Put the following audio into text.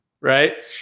Right